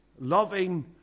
loving